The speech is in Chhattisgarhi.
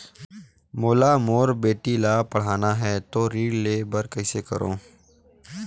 मोला मोर बेटी ला पढ़ाना है तो ऋण ले बर कइसे करो